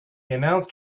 announced